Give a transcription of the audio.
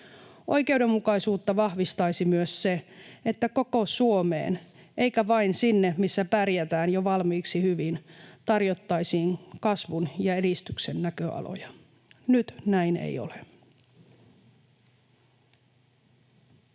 Oikeudenmukaisuutta vahvistaisi myös se, että koko Suomeen eikä vain sinne, missä pärjätään jo valmiiksi hyvin, tarjottaisiin kasvun ja edistyksen näköaloja. Nyt näin ei ole.